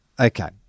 Okay